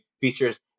features